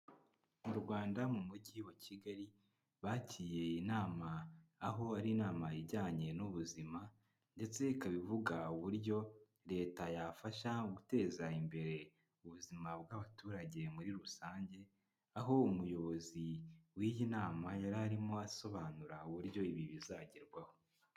Mu Rwanda mu mugi wa Kigali, bakiriye inama, aho ari inama ijyanye n'ubuzima, ndetse ikabi ivuga uburyo Leta yafasha guteza imbere ubuzima bw'abaturage muri rusange, aho umuyobozi w'iyi nama yari arimo asobanura uburyo ibi bizagerwaho.